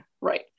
right